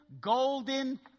golden